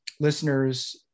listeners